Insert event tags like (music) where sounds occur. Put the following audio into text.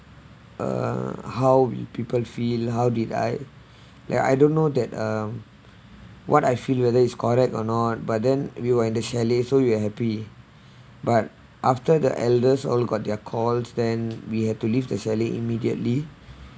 uh how we people feel how did I (breath) ya I don't know that um what I feel whether is correct or not but then we were at the chalet so you're happy but after the elders all got their calls then we have to leave the chalet immediately